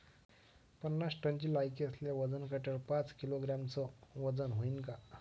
पन्नास टनची लायकी असलेल्या वजन काट्यावर पाच किलोग्रॅमचं वजन व्हईन का?